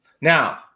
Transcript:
Now